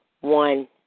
one